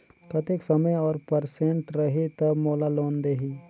कतेक समय और परसेंट रही तब मोला लोन देही?